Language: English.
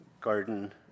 garden